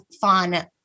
fun